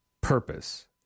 purpose